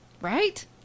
right